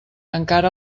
encara